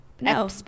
No